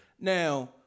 Now